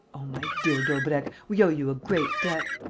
oh, my dear daubrecq, we owe you a great debt!